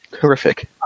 horrific